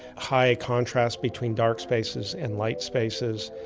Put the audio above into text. high contrast between dark spaces and light spaces.